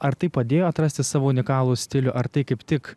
ar tai padėjo atrasti savo unikalų stilių ar tai kaip tik